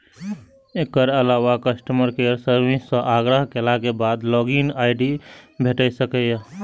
एकर अलावा customer care service सं आग्रह केलाक बाद लॉग इन आई.डी भेटि सकैए